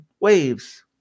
waves